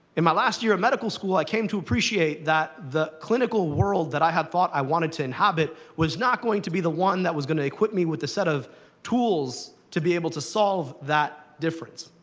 in my last year of medical school, i came to appreciate that the clinical world that i had thought i wanted to inhabit was not going to be the one that was going to equip me with the set of tools to be able to solve that difference.